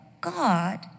God